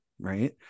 Right